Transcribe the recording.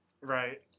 Right